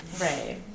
right